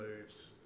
moves